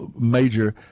major